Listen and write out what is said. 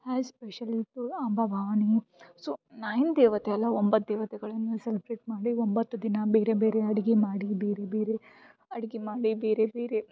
as special to Amba Bhavani so nine ದೇವತೆ ಅಲ ಒಂಬತ್ತು ದೇವತೆಗಳನ್ನು ಸೆಲ್ಬ್ರೇಟ್ ಮಾಡಿ ಒಂಬತ್ತು ದಿನ ಬೇರೆ ಬೇರೆ ಅಡಿಗೆ ಮಾಡಿ ಬೇರೆ ಬೇರೆ ಅಡಿಗೆ ಮಾಡಿ ಬೇರೆ ಬೇರೆ